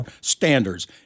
standards